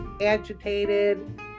agitated